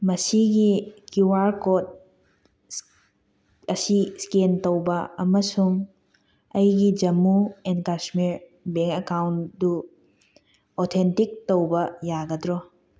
ꯃꯁꯤꯒꯤ Q R code ꯑꯁꯤ scan ꯇꯧꯕ ꯑꯃꯁꯨꯡ ꯑꯩꯒꯤ ꯖꯃꯨ ꯑꯦꯟ ꯀꯥꯁꯃꯤꯔ ꯕꯦꯡ ꯑꯦꯀꯥꯎꯟꯗꯨ ꯑꯣꯊꯦꯟꯇꯤꯛ ꯇꯧꯕ ꯌꯥꯒꯗ꯭ꯔꯣ